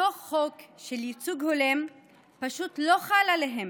אותו חוק של ייצוג הולם פשוט לא חל עליהם,